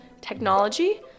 technology